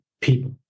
people